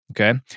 Okay